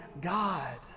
God